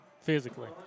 Physically